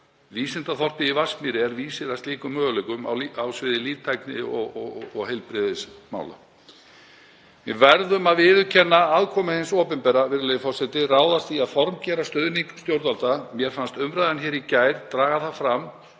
Vísindaþorpið í Vatnsmýri er vísir að slíkum möguleikum á sviði líftækni og heilbrigðismála. Við verðum að viðurkenna aðkomu hins opinbera, virðulegi forseti, og ráðast í að formgera stuðning stjórnvalda. Mér fannst umræðan í gær draga það fram